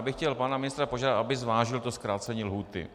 Já bych chtěl pana ministra požádat, aby zvážil zkrácení lhůty.